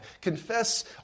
Confess